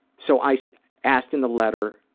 so i asked in the letter,